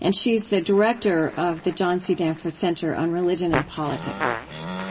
and she's the director of the john c. danforth center on religion and politics